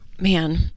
man